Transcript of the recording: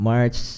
March